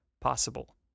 possible